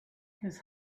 his